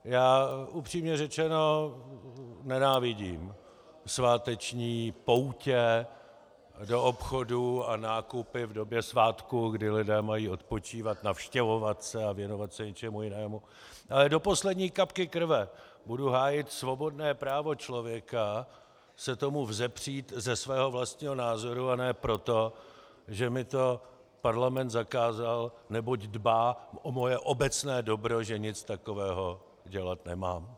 Já upřímně řečeno nenávidím sváteční poutě do obchodů a nákupy v době svátků, kdy lidé mají odpočívat, navštěvovat se a věnovat se něčemu jinému, ale do poslední kapky krve budu hájit svobodné právo člověka se tomu vzepřít ze svého vlastního názoru, a ne proto, že mi to parlament zakázal, neboť dbá o moje obecné dobro, že nic takového dělat nemám.